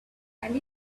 and